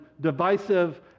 divisive